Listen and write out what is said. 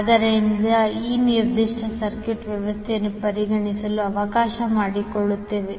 ಆದ್ದರಿಂದ ಈ ನಿರ್ದಿಷ್ಟ ಸರ್ಕ್ಯೂಟ್ ವ್ಯವಸ್ಥೆಯನ್ನು ಪರಿಗಣಿಸಲು ಅವಕಾಶ ಮಾಡಿಕೊಡುತ್ತದೆ